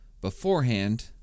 beforehand